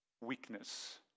weakness